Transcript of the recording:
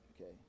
Okay